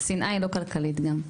שנאה היא לא כלכלית גם.